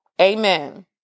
amen